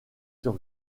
sur